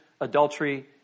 adultery